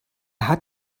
hat